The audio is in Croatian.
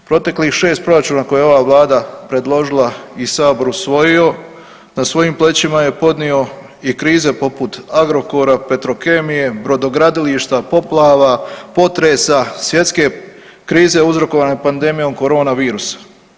Proteklih 6 proračuna koje je ova Vlada predložila i Sabor usvojio na svojim plećima je podnio i krize poput Agrokora, Petrokemije, Brodogradilišta, poplava, potresa, svjetske krize uzrokovane pandemijom Korona virusa.